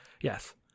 Yes